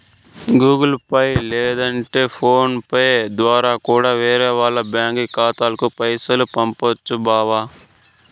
Google Pay లేదంటే PhonePe దోరా కూడా వేరే వాల్ల బ్యాంకి ఖాతాలకి పైసలు పంపొచ్చు బావా